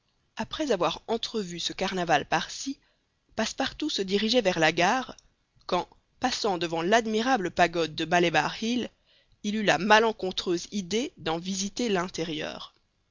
après avoir entrevu ce carnaval parsi passepartout se dirigeait vers la gare quand passant devant l'admirable pagode de malebar hill il eut la malencontreuse idée d'en visiter l'intérieur